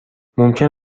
ممکن